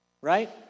Right